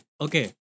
Okay